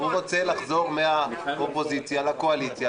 הוא רוצה לחזור מהאופוזיציה לקואליציה,